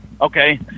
Okay